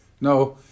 No